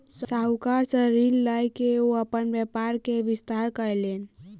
साहूकार सॅ ऋण लय के ओ अपन व्यापार के विस्तार कयलैन